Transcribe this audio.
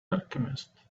alchemist